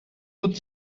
بود